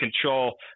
control